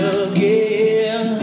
again